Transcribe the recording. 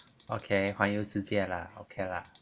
okay 环游世界 lah okay lah